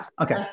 okay